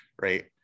right